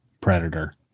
Predator